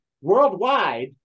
worldwide